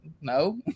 no